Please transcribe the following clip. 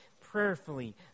prayerfully